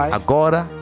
agora